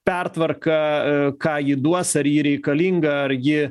pertvarką ką ji duos ar ji reikalinga ar ji